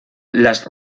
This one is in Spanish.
las